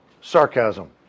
sarcasm